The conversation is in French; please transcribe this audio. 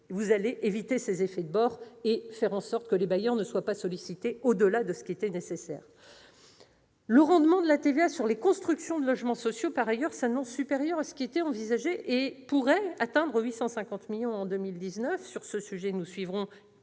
comptez-vous éviter ces effets de bords et faire en sorte que les bailleurs sociaux ne soient pas sollicités au-delà de ce qui était nécessaire ? Le rendement de la TVA sur les constructions de logements sociaux s'annonce par ailleurs supérieur à ce qui était envisagé et pourrait atteindre 850 millions d'euros en 2019. Sur ce sujet, nous suivrons